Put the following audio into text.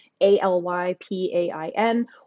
A-L-Y-P-A-I-N